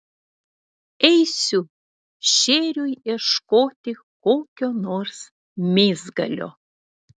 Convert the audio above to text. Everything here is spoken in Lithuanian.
eisiu šėriui ieškoti kokio nors mėsgalio